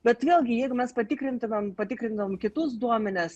bet vėlgi jeigu mes patikrintumėm patikrintum kitus duomenis